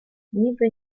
niby